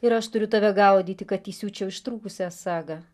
ir aš turiu tave gaudyti kad įsiūčiau ištrūkusią sagą